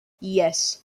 yes